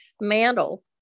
mantle